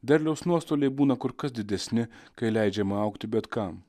derliaus nuostoliai būna kur kas didesni kai leidžiame augti bet kam